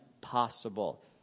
possible